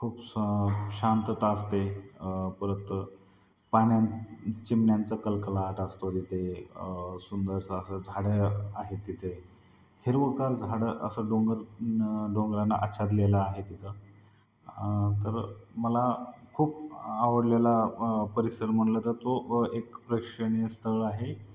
खूप स शांतता असते परत पाण्या चिमण्यांचा कलकलाट असतो तिथे सुंदरसा असं झाडं आहेत तिथे हिरवगार झाडं असं डोंगर डोंगरांना आच्छादलेला आहे तिथं तर मला खूप आवडलेला परिसर म्हटलं तर तो एक प्रेक्षणीय स्थळ आहे